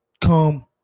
come